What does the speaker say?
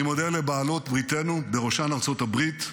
אני מודה לבעלות בריתנו, ובראשן ארצות הברית,